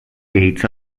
gates